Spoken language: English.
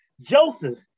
Joseph